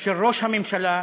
של ראש הממשלה,